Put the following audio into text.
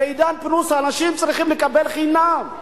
ב"עידן פלוס" אנשים צריכים לקבל חינם.